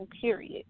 period